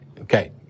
Okay